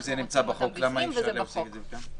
אם זה נמצא בחוק, למה אי-אפשר --- את זה כאן?